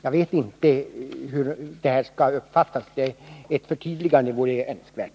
Jag vet inte hur detta skall uppfattas. Ett förtydligande vore önskvärt.